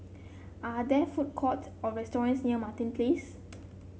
are there food courts or restaurants near Martin Place